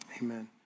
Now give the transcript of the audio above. Amen